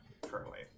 currently